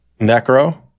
Necro